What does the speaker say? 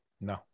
No